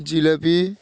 jalebi